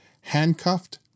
Handcuffed